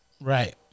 Right